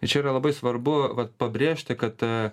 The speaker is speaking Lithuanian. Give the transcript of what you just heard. čia yra labai svarbu pabrėžti kad